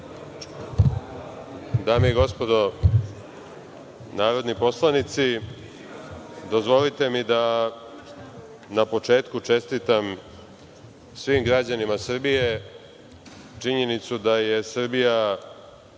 Dame i gospodo narodni poslanici, dozvolite mi da na početku čestitam svim građanima Srbije činjenicu da je Srbija,